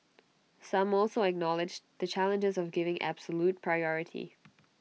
some also acknowledged the challenges of giving absolute priority